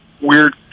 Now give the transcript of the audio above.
weird